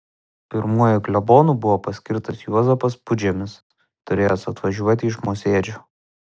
pirmuoju klebonu buvo paskirtas juozapas pudžemis turėjęs atvažiuoti iš mosėdžio